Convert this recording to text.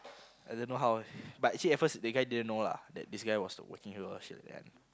I don't know how but actually at first that guy didn't know lah that this guy was whacking her or shit like that